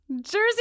Jersey